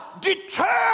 determined